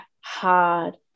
hard